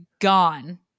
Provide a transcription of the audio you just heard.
gone